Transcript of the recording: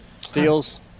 steals